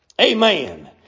Amen